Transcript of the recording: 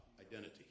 identity